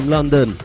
London